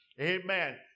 Amen